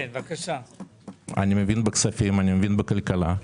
אני מבין בכספים, אני מבין בכלכלה.